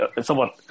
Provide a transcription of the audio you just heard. somewhat